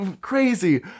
crazy